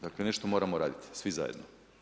Dakle nešto moramo raditi svi zajedno.